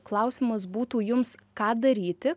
klausimas būtų jums ką daryti